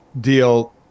deal